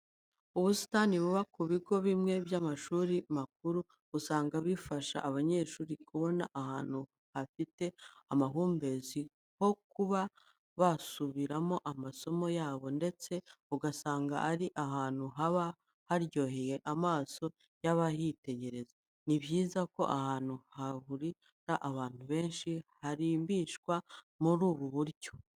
Ubusitani buba ku bigo bimwe by'amashuri makuru, usanga bifasha abanyeshuri kubona ahantu hafite amahumbezi ho kuba basubiriramo amasomo yabo ndetse ugasanga ari ahantu haba haryoheye amaso y'abahitegereza. Ni byiza ko ahantu hahurira abantu benshi harimbishwa muri ubu buryo.